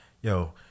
Yo